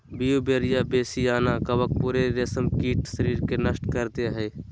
Beauveria bassiana कवक पूरे रेशमकीट शरीर के नष्ट कर दे हइ